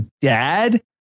dad